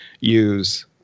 use